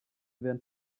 während